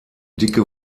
dicke